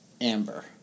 Amber